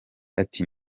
ati